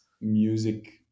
music